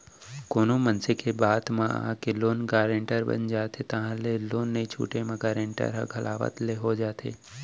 कोनो मनसे के बात म आके लोन गारेंटर बन जाथे ताहले लोन नइ छूटे म गारेंटर ह घलावत ले हो जाथे